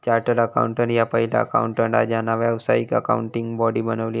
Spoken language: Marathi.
चार्टर्ड अकाउंटंट ह्या पहिला अकाउंटंट हा ज्यांना व्यावसायिक अकाउंटिंग बॉडी बनवली असा